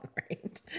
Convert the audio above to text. right